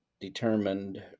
determined